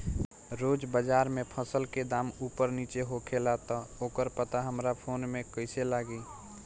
रोज़ बाज़ार मे फसल के दाम ऊपर नीचे होखेला त ओकर पता हमरा फोन मे कैसे लागी?